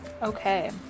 Okay